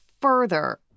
further